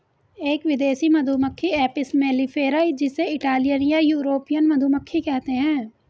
एक विदेशी मधुमक्खी एपिस मेलिफेरा जिसे इटालियन या यूरोपियन मधुमक्खी कहते है